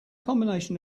combination